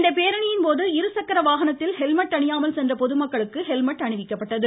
இந்த பேரணியின்போது இருசக்கர வாகனத்தில் ஹெல்மெட் அணியாமல் சென்ற பொதுமக்களுக்கு ஹெல்மெட் அணிவிக்கப்பட்டது